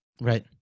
Right